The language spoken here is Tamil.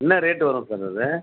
என்ன ரேட் வரும் சார் அது